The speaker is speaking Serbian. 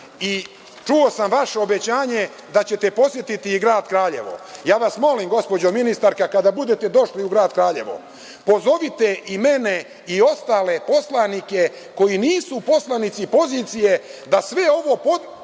i čuo sam vaše obećanje da ćete posetiti i grad Kraljevo. Molim vas, gospođo ministarka, kada budete došli u grad Kraljevo pozovite i mene i ostale poslanike koji nisu poslanici pozicije da sve ovo ponovim